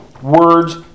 Words